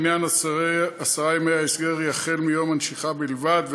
מניין עשרת ימי ההסגר יחל מיום הנשיכה בלבד,